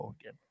again